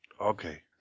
Okay